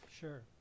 Sure